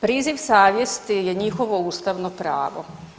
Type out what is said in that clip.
Priziv savjesti je njihovo ustavno pravo.